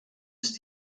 ist